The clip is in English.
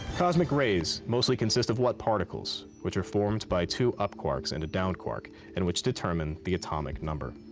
cosmic rays mostly consist of what particles, which are formed by two up quarks and a down quark and which determine the atomic number?